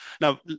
Now